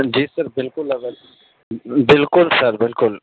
جی sir بالکل اویل بالکل سر بالکل